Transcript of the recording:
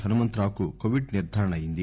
హనుమంతరావుకు Covid నిర్గారణ అయింది